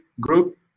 Group